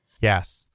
Yes